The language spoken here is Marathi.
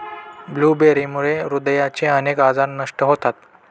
ब्लूबेरीमुळे हृदयाचे अनेक आजार नष्ट होतात